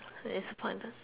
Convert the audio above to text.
disappointed